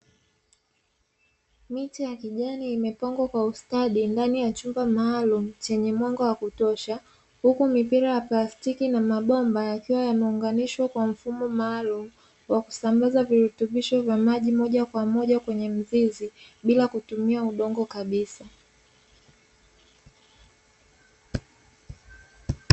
Miche ya kijani imepangwa kwa ustadi ndani ya chumba maalum chenye mwanga wa kutosha, huku mipira ya plastiki na mabomba yakiwa yameunganishwa kwa mfumo maalumu wa kusambaza virutubisho vya maji moja kwa moja kwenye mizizi bila kutumia udongo kabisa.